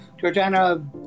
Georgiana